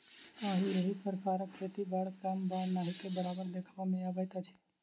आब एहि प्रकारक खेती बड़ कम वा नहिके बराबर देखबा मे अबैत अछि